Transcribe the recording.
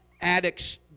addicts